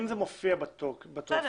אם זה מופיע בטופס